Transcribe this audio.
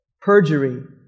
perjury